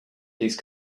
these